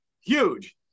Huge